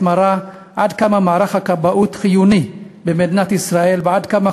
מרה עד כמה מערך הכבאות חיוני למדינת ישראל ועד כמה